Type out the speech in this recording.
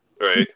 Right